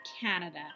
Canada